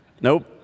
Nope